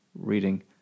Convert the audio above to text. reading